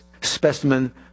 specimen